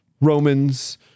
Romans